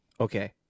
Okay